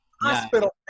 hospital